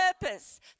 purpose